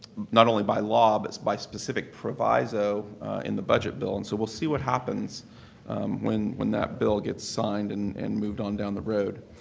not only by law, but by specific proviso in the budget bill and so we'll see what happens when when that bill gets signed and and moved on down the road.